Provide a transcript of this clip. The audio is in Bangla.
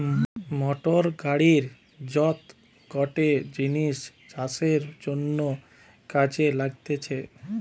মোটর গাড়ির মত গটে জিনিস চাষের জন্যে কাজে লাগতিছে